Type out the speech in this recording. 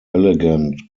elegant